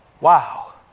Wow